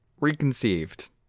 Reconceived